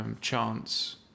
Chance